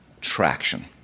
traction